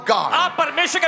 God